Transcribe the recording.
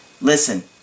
listen